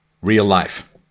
real-life